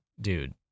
dude